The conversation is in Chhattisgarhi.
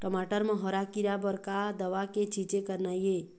टमाटर म हरा किरा बर का दवा के छींचे करना ये?